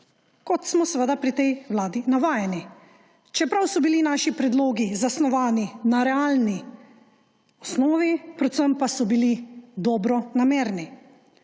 kot smo seveda pri tej vladi navajeni, čeprav so bili naši predlogi zasnovani na realni osnovi, predvsem pa so bili dobronamerni.